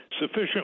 sufficient